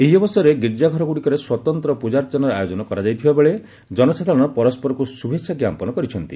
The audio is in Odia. ଏହି ଅବସରରେ ଗୀର୍ଜାଘରଗୁଡ଼ିକରେ ସ୍ୱତନ୍ତ ପୂଜାର୍ଚ୍ଚନାର ଆୟୋଜନ କରାଯାଇଥିବା ବେଳେ ଜନସାଧାରଣ ପରସ୍କରକୁ ଶୁଭେଛା ଜ୍ଞାପନ କରିଛନ୍ତି